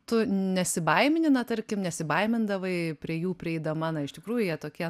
tu nesibaimini na tarkim nesibaimindavai prie jų prieidama na iš tikrųjų jie tokie